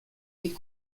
est